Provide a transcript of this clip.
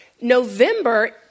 November